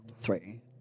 three